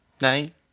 night